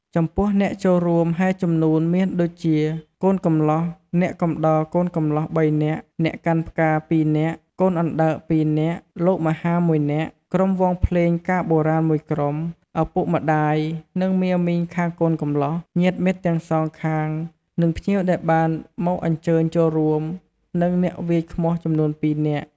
ចំពោះអ្នកចូលរួមហែជំនូនមានដូចជាកូនកំលោះ ,អ្នកកំដរកូនកំលោះ ៣នាក់, អ្នកកាន់ផ្កា ២នាក់ ,កូនអណ្តើក ២នាក់ ,លោកមហា ១នាក់ ,ក្រុមវង់ភ្លេងការបុរាណ១ក្រុម ,ឪពុកម្តាយ និងមាមីងខាងកូនកំលោះ ញាតិមិត្តទាំងសងខាង និងភ្ញៀវដែលបានមកអញ្ជើញចូលរួម និងអ្នកវាយឃ្មោះចំនួន២នាក់។